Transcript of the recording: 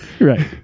Right